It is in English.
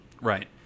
Right